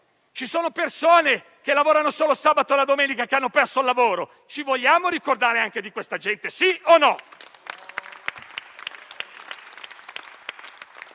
giovani, persone che lavorano solo sabato e domenica che hanno perso il lavoro: ci vogliamo ricordare anche di questa gente, sì o no?